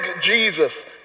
Jesus